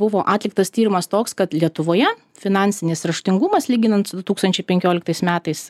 buvo atliktas tyrimas toks kad lietuvoje finansinis raštingumas lyginant su du tūkstančiai penkioliktais metais